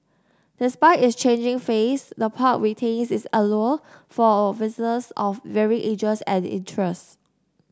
despite its changing face the park retains its allure for visitors of varying ages and interests